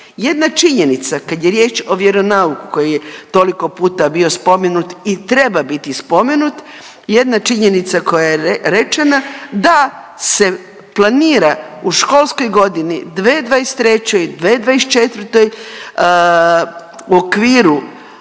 Jedna činjenica, kad je riječ o vjeronauku koji je toliko puta bio spomenut i treba biti spomenut, jedna činjenica koja je rečena, da se planira u školskoj godini 2023./2024. u okviru